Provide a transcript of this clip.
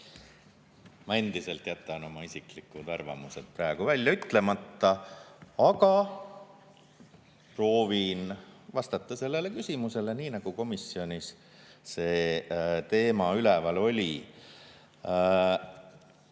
Ma endiselt jätan oma isiklikud arvamused praegu välja ütlemata, aga proovin vastata sellele küsimusele nii, nagu komisjonis see teema üleval oli.